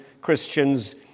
Christians